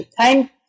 time